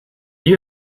you